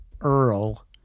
Earl